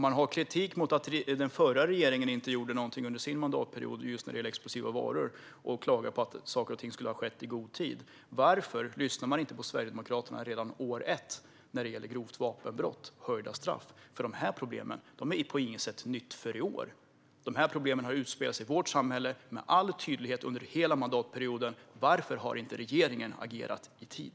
Man har kritik mot att den förra regeringen inte gjorde någonting under sin mandatperiod just när det gäller explosiva varor. Man klagar och säger att saker och ting skulle ha gjorts i god tid. Varför lyssnade man inte på Sverigedemokraterna redan år ett när det gällde grovt vapenbrott och höjda straff? De här problemen är på inget sätt något nytt för i år. De problemen har utspelat sig i vårt samhälle med all tydlighet under hela mandatperioden. Varför har inte regeringen agerat i tid?